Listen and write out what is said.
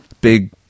big